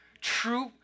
true